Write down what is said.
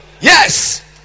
Yes